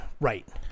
Right